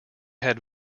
had